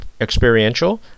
experiential